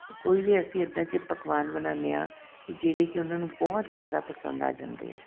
ਤਾਂ ਕੋਈ ਵੀ ਅਸੀਂ ਇੱਦਾਂ ਜੇ ਪਕਵਾਨ ਬਣਾਉਂਦੇ ਹਾਂ ਕਿ ਜਿਹੜੇ ਕਿ ਉਹਨਾਂ ਨੂੰ ਬਹੁਤ ਜ਼ਿਆਦਾ ਪਸੰਦ ਆ ਜਾਂਦੇ ਆ